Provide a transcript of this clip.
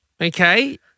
okay